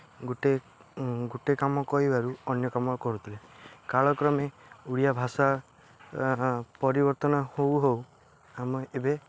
ଗୋଟେ ଗୋଟେ କାମ କହିବାରୁ ଅନ୍ୟ କାମ କରୁଥିଲେ କାଳକ୍ରମେ ଓଡ଼ିଆ ଭାଷା ପରିବର୍ତ୍ତନ ହେଉ ହେଉ ଆମେ ଏବେ